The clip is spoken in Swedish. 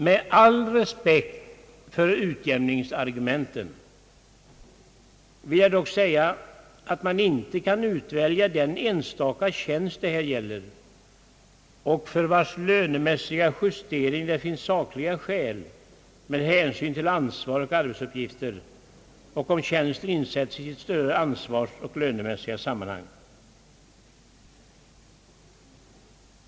Med all respekt för utjämningsargumenten vill jag dock säga att man inte kan utvälja den enstaka tjänst det här gäller och för vars lönemässiga justering det finns sakliga skäl med hänsyn till ansvar och arbetsuppgifter. Tjänsten bör sättas in i sitt större ansvarsoch lönemässiga sammanhang.